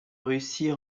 russie